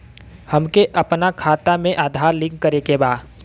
हमके अपना खाता में आधार लिंक करें के बा?